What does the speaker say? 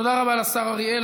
תודה רבה לשר אריאל.